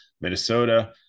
Minnesota